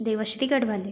Devashree Gadhwale